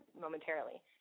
momentarily